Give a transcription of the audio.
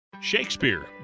Shakespeare